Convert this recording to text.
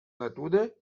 natura